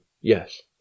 yes